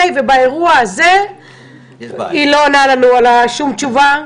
באירוע הזה היא לא עונה לנו על שום שאלה,